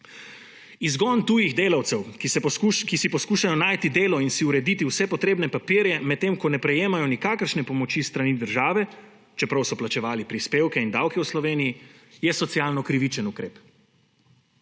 Izgon tujih delavcev, ki si poskušajo najti delo in si urediti vse potrebne papirje, medtem ko ne prejemajo nikakršne pomoči s strani države, čeprav so plačevali prispevke in davke v Sloveniji, je socialno krivičen ukrep.